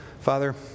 Father